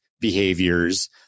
behaviors